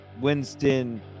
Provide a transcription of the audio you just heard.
Winston